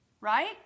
right